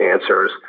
answers